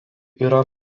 yra